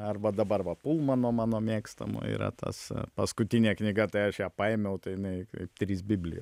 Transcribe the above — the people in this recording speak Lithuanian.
arba dabar va pulmano mano mėgstamo yra tas paskutinė knyga tai aš ją paėmiau tai jinai kaip trys biblijos